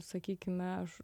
sakykime aš